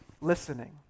listening